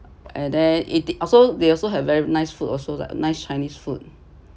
and then it they also they also have very nice food also like nice chinese food